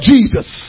Jesus